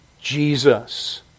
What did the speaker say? Jesus